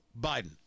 Biden